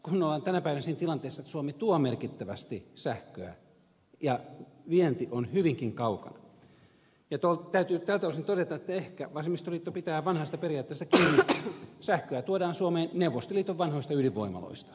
kun ollaan tänä päivänä siinä tilanteessa että suomi tuo merkittävästi sähköä ja vienti on hyvinkin kaukana niin täytyy tältä osin todeta että ehkä vasemmistoliitto pitää vanhasta periaatteesta kiinni sähköä tuodaan suomeen neuvostoliiton vanhoista ydinvoimaloista